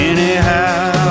Anyhow